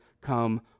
come